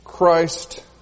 Christ